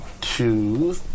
Two